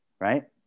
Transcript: right